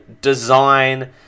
design